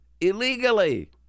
illegally